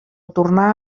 tornar